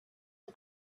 the